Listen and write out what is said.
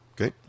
okay